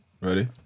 Ready